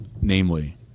Namely